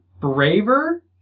braver